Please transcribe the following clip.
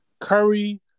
Curry